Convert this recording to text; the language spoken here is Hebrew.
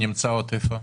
שנמצאות איפה?